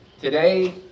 Today